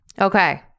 Okay